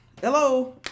Hello